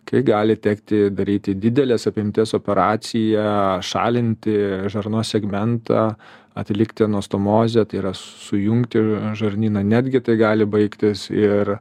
kai gali tekti daryti didelės apimties operaciją šalinti žarnos segmentą atlikti anastomozę tai yra sujungti žarnyną netgi tai gali baigtis ir